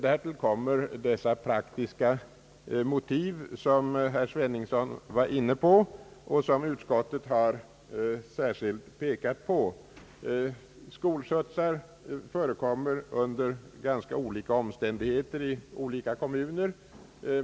Därtill kommer de praktiska motiv som herr Sveningsson var inne på och som utskottet särskilt pekat på, nämligen att skolskjutsar ordnas under ganska olika omständigheter i olika kommuner.